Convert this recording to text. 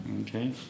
Okay